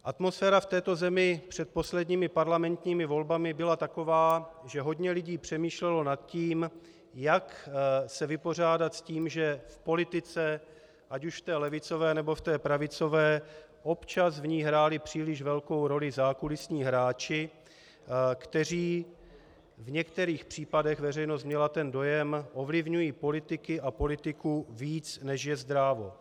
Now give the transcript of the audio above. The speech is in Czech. Atmosféra v této zemi před posledními parlamentními volbami byla taková, že hodně lidí přemýšlelo nad tím, jak se vypořádat s tím, že v politice, ať už v té levicové, nebo v té pravicové, občas v ní hráli příliš velkou roli zákulisní hráči, kteří v některých případech, veřejnost měla ten dojem, ovlivňují politiky a politiku víc, než je zdrávo.